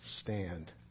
stand